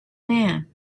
man